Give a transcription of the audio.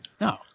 No